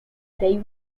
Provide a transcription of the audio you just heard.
they